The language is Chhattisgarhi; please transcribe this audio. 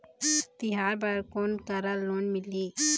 तिहार बर कोन करा लोन मिलही?